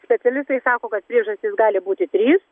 specialistai sako kad priežastys gali būti trys